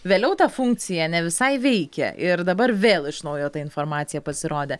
vėliau ta funkcija ne visai veikė ir dabar vėl iš naujo ta informacija pasirodė